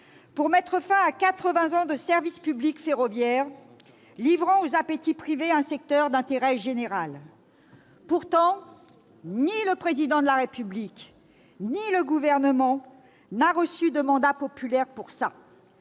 pour mettre fin à quatre-vingts ans de service public ferroviaire, livrant aux appétits privés un secteur d'intérêt général. Pourtant, ni le Président de la République ni le Gouvernement n'ont reçu de mandat populaire pour cela.